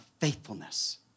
faithfulness